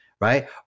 right